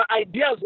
ideas